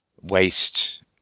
waste